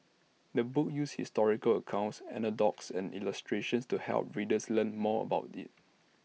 the book uses historical accounts anecdotes and illustrations to help readers learn more about IT